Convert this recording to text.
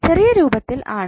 ചെറിയ രൂപത്തിൽ ആണെന്ന്